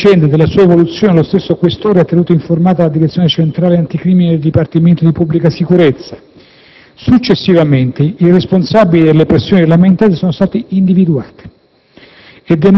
Della vicenda e della sua evoluzione lo stesso questore ha tenuto informata la Direzione centrale anticrimine del Dipartimento di pubblica sicurezza. Successivamente, i responsabili delle pressioni lamentate sono stati individuati